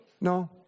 No